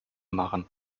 machen